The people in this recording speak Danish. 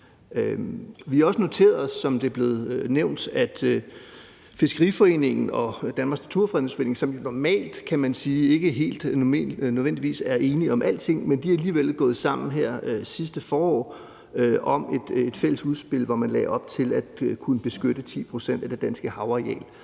at Danmarks Fiskeriforening og Danmarks Naturfredningsforening, som normalt, kan man sige, ikke nødvendigvis er helt enige om alting, alligevel er gået sammen her sidste forår om et fælles udspil, hvor man lagde op til at kunne beskytte 10 pct. af det danske havareal.